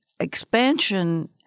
Expansion